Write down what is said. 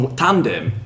tandem